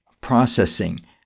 processing